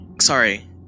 sorry